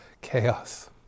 Chaos